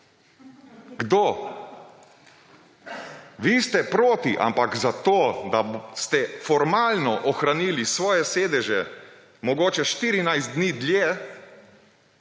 Kdo? Vi ste proti, ampak zato, da ste formalno ohranili svoje sedeže mogoče 14 dni dlje,